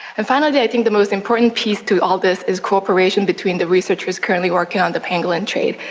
and finally i think the most important piece to all this is cooperation between the researchers currently working on the pangolin trade,